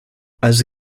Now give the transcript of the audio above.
also